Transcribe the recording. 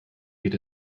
geht